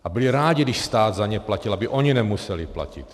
A byli rádi, když stát za ně platil, aby oni nemuseli platit.